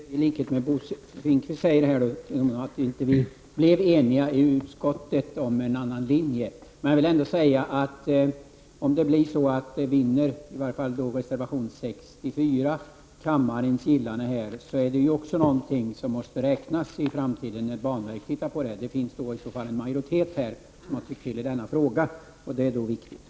Herr talman! I likhet med Bo Finnkvist beklagar jag att vi i utskottet inte blev eniga om en annan linje. Om reservation 64 vinner kammarens gillande, måste det räknas i framtiden när banverket har att ta ställning i frågan.